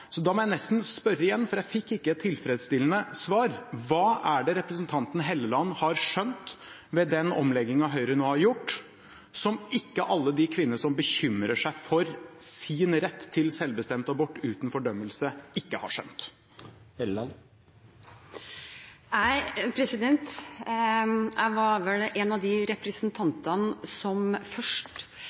Så da må jeg nesten spørre igjen, for jeg fikk ikke et tilfredsstillende svar: Hva er det representanten Hofstad Helleland har skjønt med den omleggingen Høyre nå har gjort, som ikke alle de kvinnene som bekymrer seg for sin rett til selvbestemt abort uten fordømmelse, ikke har skjønt? Jeg var vel en av de representantene som først